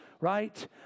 right